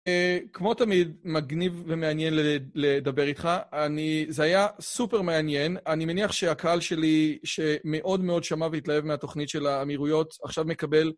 כמו תמיד, מגניב ומעניין לדבר איתך, אני, זה היה סופר מעניין. אני מניח שהקהל שלי שמאוד מאוד שמע והתלהב מהתוכנית של האמירויות עכשיו מקבל...